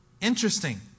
Interesting